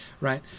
Right